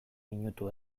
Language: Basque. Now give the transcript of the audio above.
minutu